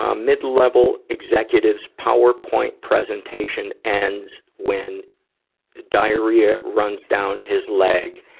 um mid-level executive's powerpoint presentation ends when diarrhea runs down his leg,